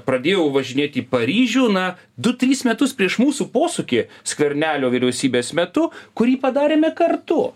pradėjau važinėt į paryžių na du trys metus prieš mūsų posūkį skvernelio vyriausybės metu kurį padarėme kartu